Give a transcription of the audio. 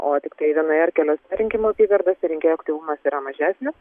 o tiktai vienoje ar keliose rinkimų apygardose rinkėjų aktyvumas yra mažesnis